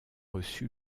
reçu